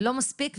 לא מספיק,